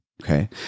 okay